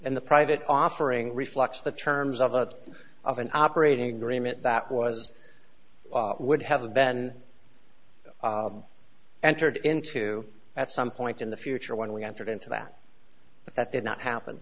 and the private offering reflects the terms of out of an operating agreement that was would have the ben entered into at some point in the future when we entered into that that did not happen